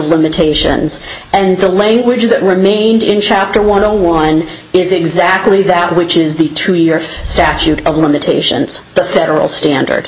limitations and the language that remained in chapter one o one is exactly that which is the two year statute of limitations the federal standard